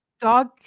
dog